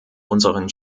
unseren